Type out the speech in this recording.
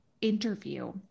interview